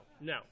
no